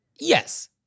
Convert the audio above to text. Yes